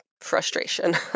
frustration